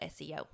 SEO